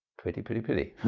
pretty, pretty pretty!